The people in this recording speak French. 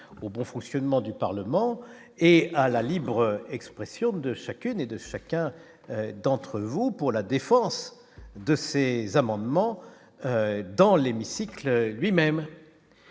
au bon fonctionnement du parlement et à la libre expression de chacune et de chacun d'entre vous pour la défense de ses amendements dans l'hémicycle, lui-même